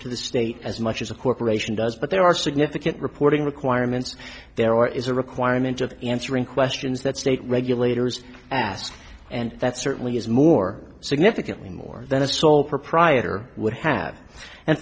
to the state as much as a corporation does but there are significant reporting requirements there or is a requirement of answering questions that state regulators ask and that certainly is more significantly more than a sole proprietor would have and